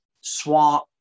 swamp